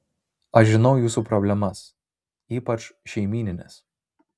aš žinau jūsų problemas ypač šeimynines